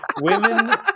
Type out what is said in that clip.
women